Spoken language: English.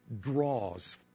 draws